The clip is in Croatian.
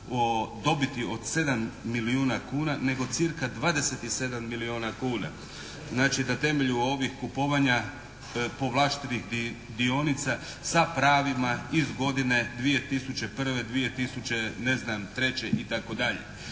dobiti od 7 milijuna kuna nego cca. 27 milijuna kuna. Znači na temelju ovih kupovanja tih povlaštenih dionica sa pravima iz godine 2001., 2003. itd.